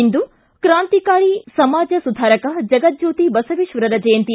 ಇಂದು ಕಾಂತಿಕಾರಿ ಸಮಾಜ ಸುಧಾಕರ ಜಗಜ್ಯೋತಿ ಬಸವೇಶ್ವರರ ಜಯಂತಿ